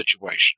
situation